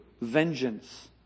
vengeance